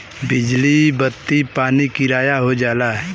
बिजली बत्ती पानी किराया हो जाला